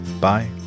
Bye